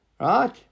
Right